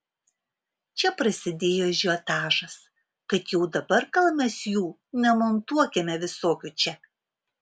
čia prasidėjo ažiotažas kad jau dabar gal mes jų nemontuokime visokių čia